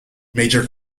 major